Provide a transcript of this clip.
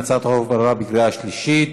הצעת החוק עברה בקריאה שלישית.